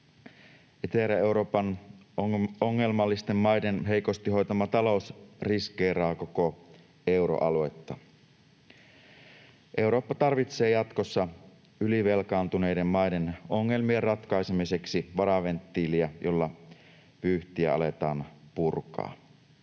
Etelä-Euroopan ongelmallisten maiden heikosti hoitama talous riskeeraa koko euroaluetta. Eurooppa tarvitsee jatkossa ylivelkaantuneiden maiden ongelmien ratkaisemiseksi varaventtiiliä, jolla vyyhtiä aletaan purkaa.